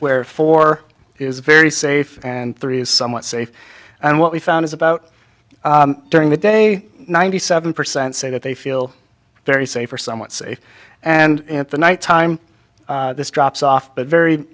where four is very safe and three is somewhat safe and what we found is about during the day ninety seven percent say that they feel very safe or somewhat safe and at the night time this drops off but very